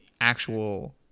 actual